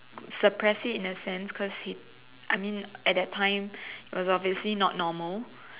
suppress it in a sense coz he I mean at that time it was obviously not normal